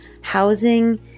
Housing